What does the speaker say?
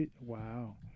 Wow